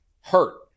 hurt